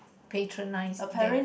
patronize them